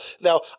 Now